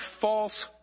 false